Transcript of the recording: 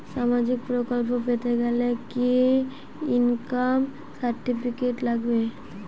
সামাজীক প্রকল্প পেতে গেলে কি ইনকাম সার্টিফিকেট লাগবে?